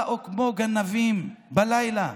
באו כמו גנבים בלילה,